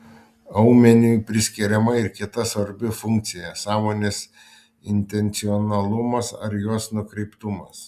aumeniui priskiriama ir kita svarbi funkcija sąmonės intencionalumas ar jos nukreiptumas